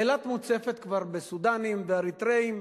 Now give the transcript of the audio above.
אילת מוצפת כבר בסודנים, באריתראים,